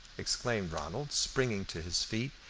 exclaimed ronald, springing to his feet,